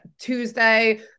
Tuesday